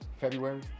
February